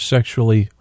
Sexually